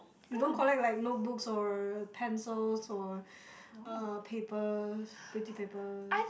you don't collect like notebooks or pencils or uh papers pretty papers